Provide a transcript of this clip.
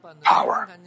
power